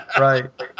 Right